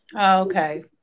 Okay